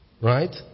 Right